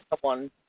one